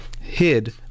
hid